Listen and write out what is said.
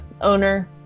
owner